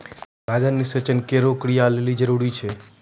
परागण निषेचन केरो क्रिया लेलि जरूरी छै